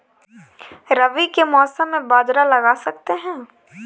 रवि के मौसम में बाजरा लगा सकते हैं?